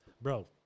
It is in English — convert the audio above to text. Bro